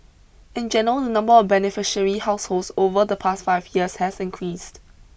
in general the number of beneficiary households over the past five years has increased